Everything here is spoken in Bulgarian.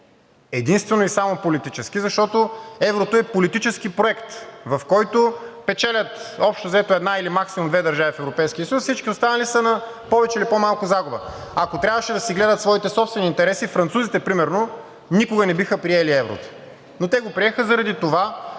единствено и само политически, защото еврото е политически проект, в който печелят общо взето една или максимум две държави в Европейския съюз, всички останали са на повече или по-малко загуба. Ако трябваше да си гледат своите собствени интереси, французите примерно никога не биха приели еврото, но те го приеха заради това,